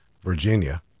Virginia